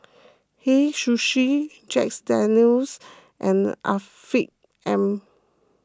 Hei Sushi Jack Daniel's and Afiq M